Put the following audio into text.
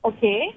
Okay